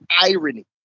irony